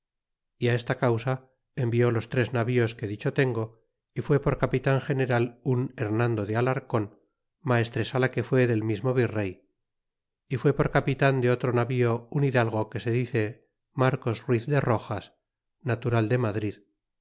y esta causa envió los tres navíos que dicho tengo y fué por capan general un remando de alarcon maestresala que fue del mismo virey y fue por capitan de otro navío un hidalgo que se dice marcos ruiz de roxas natural de madrid